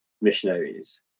missionaries